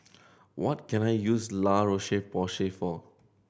what can I use La Roche Porsay for